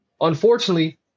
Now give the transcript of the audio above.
unfortunately